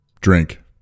Drink